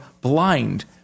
blind